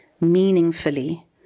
meaningfully